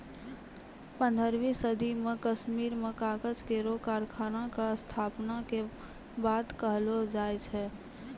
पन्द्रहवीं सदी म कश्मीर में कागज केरो कारखाना क स्थापना के बात कहलो जाय छै